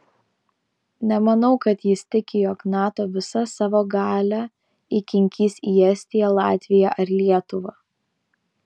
nemanau kad jis tiki jog nato visą savo galią įkinkys į estiją latviją ar lietuvą